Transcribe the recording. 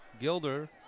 Gilder